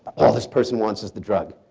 all this person wants is the drug.